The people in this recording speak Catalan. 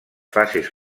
fases